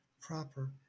proper